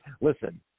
Listen